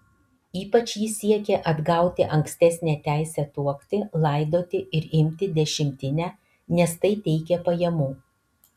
ypač ji siekė atgauti ankstesnę teisę tuokti laidoti ir imti dešimtinę nes tai teikė pajamų